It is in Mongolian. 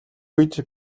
үед